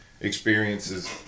experiences